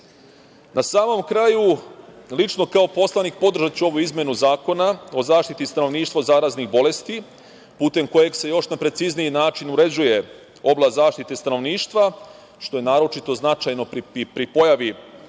samom kraju, lično, kao poslanik podržaću ovu izmenu Zakona o zaštiti stanovništva od zaraznih bolesti putem kojeg se još na precizniji način uređuje oblast zaštite stanovništva, što je naročito značajno pri pojavi